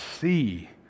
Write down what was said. see